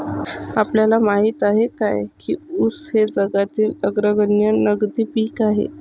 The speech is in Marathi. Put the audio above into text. आपल्याला माहित आहे काय की ऊस हे जगातील अग्रगण्य नगदी पीक आहे?